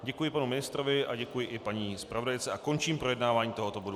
Děkuji panu ministrovi a děkuji i paní zpravodajce a končím projednávání tohoto bodu.